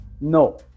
no